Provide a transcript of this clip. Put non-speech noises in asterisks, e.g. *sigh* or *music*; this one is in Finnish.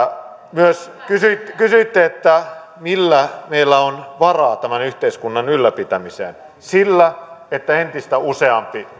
myös kysyitte millä meillä on varaa tämän yhteiskunnan ylläpitämiseen sillä että entistä useampi *unintelligible*